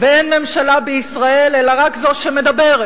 ואין ממשלה בישראל אלא רק זו שמדברת.